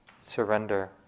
surrender